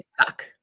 stuck